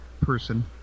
person